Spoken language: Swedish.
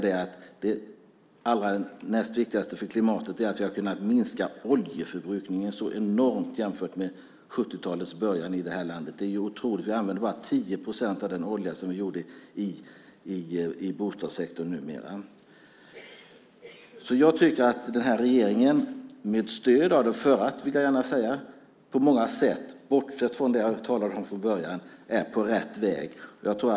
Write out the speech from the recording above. Det näst viktigaste för klimatet är att vi har kunnat minska oljeförbrukningen så enormt mycket jämfört med hur det var i början av 70-talet i det här landet. Det är otroligt. I bostadssektorn använder vi bara 10 procent av den olja som vi använde då. Jag tycker att den här regeringen - med stöd av den förra, vill jag gärna säga, bortsett från det som jag talade om i början - på många sett är på rätt väg.